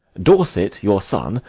dorset your son,